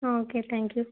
okay thank you